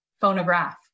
phonograph